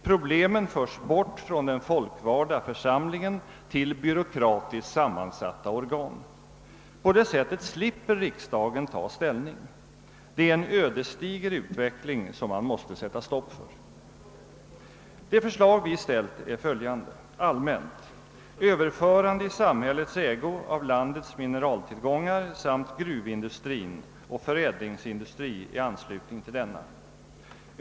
Problemen förs bort från den folkvalda församlingen till byråkratiskt sammansatta organ. På det sättet slipper riksdagen att ta ställning. Det är en ödesdiger utveckling som man måste sätta stopp för. De förslag vi väckt är följande. Allmänt: Överförande i samhällets ägo av landets mineraltillgångar samt gruvindustrin och förädlingsindustri i anslutning till denna.